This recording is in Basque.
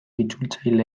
itzultzaile